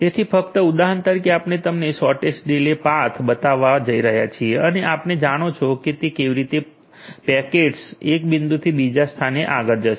તેથી ફક્ત ઉદાહરણ તરીકે આપણે તમને શોર્ટેસ્ટ ડીલે પાથ બતાવવા જઈ રહ્યા છીએ અને આપણે જાણો છો કે તે કેવી રીતે પેકેટ્સ ને 1 બિંદુથી બીજા સ્થાને આગળ જશે